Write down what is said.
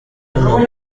w’amaguru